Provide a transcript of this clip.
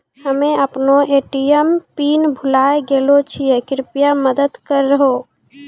हम्मे अपनो ATM pin भुलाय गेलो छियै, कृपया मदत करहो